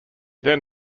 then